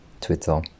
Twitter